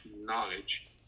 knowledge